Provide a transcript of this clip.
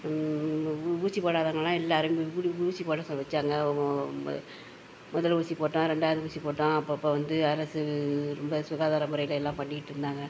ஊசி போடாதவங்கள்லாம் எல்லாரும் போய் ஊடி ஊ ஊசி போட சொல் வச்சாங்க முதலில் ஊசி போட்டேன் ரெண்டாவது ஊசி போட்டோம் அப்பப்போ வந்து அரசு ரொம்ப சுகாதார முறையில் எல்லாம் பண்ணியிட்டுருந்தாங்க